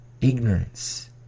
ignorance